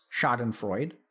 schadenfreude